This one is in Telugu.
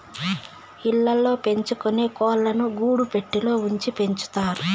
ఇళ్ళ ల్లో పెంచుకొనే కోళ్ళను గూడు పెట్టలో ఉంచి పెంచుతారు